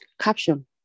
caption